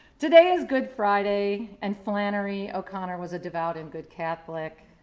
today is good friday and flannery o'connor was a devout and good catholic.